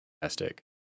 fantastic